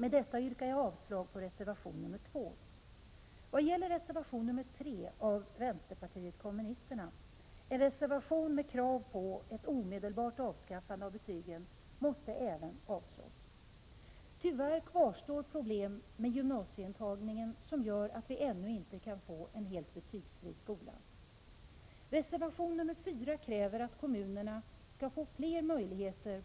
Med detta yrkar jag avslag på reservation nr 2. Reservation nr 3 av vänsterpartiet kommunisterna, med krav på ett omedelbart avskaffande av betygen, måste också avslås. Tyvärr kvarstår problem med gymnasieintagningen som gör att skolan ännu inte kan göras helt betygsfri. I reservation nr 4 krävs att kommun skall få möjlighet att besluta om